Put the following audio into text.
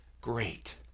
great